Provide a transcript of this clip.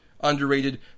Underrated